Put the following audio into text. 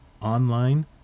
online